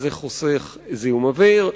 זה חוסך זיהום אוויר,